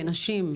כנשים,